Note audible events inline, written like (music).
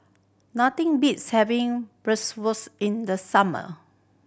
nothing beats having (unintelligible) in the summer